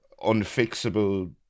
unfixable